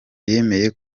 yemeye